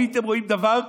הייתם רואים דבר כזה?